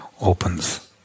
opens